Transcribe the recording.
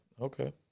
okay